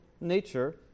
nature